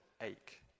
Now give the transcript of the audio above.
ache